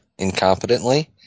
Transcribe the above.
Incompetently